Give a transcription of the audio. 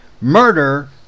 murder